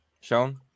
Sean